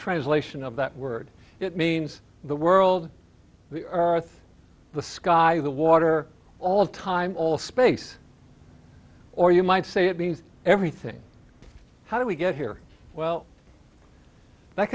translation of that word it means the world the earth the sky the water all of time all space or you might say it means everything how do we get here well that